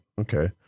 Okay